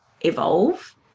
evolve